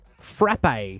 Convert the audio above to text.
Frappe